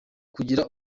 kugira